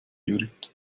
judith